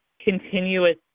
continuous